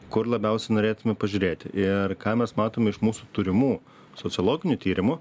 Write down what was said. kur labiausiai norėtume pažiūrėti ir ką mes matome iš mūsų turimų sociologinių tyrimų